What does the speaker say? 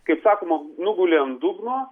kaip sakoma nugulė ant dugno